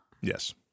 Yes